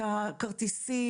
את הכרטיסים.